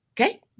okay